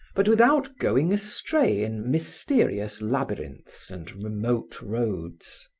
but without going astray in mysterious labyrinths and remote roads.